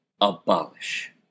abolish